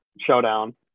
showdown